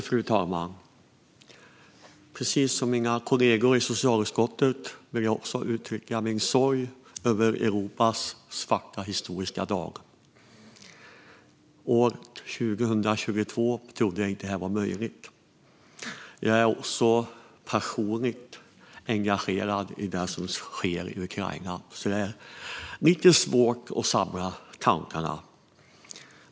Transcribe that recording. Fru talman! Precis som mina kollegor vill jag också uttrycka min sorg över denna svarta dag i Europas historia. År 2022 trodde jag inte att detta var möjligt. Jag är också personligt engagerad i det som sker i Ukraina, så det är lite svårt att samla tankarna.